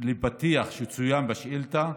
לפתיח שצוין בשאילתה,